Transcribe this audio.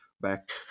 back